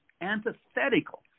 antithetical